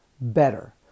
better